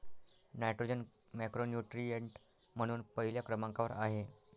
nitrogen macronutrient म्हणून पहिल्या क्रमांकावर आहे